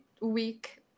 week